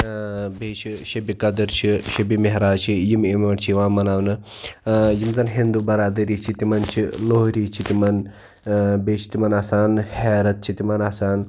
بیٚیہِ چھِ شبہِ قدٕر چھِ شبہِ معراج چھِ یِم یِمَن چھِ یِوان مَناونہٕ یِم زَن ہِندوٗ برادٔری چھِ تِمَن چھِ لوہری چھِ تِمَن بیٚیہِ چھِ تِمَن آسان ہیرَتھ چھِ تِمَن آسان